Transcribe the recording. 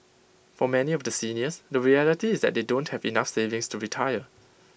for many of the seniors the reality is that they don't have enough savings to retire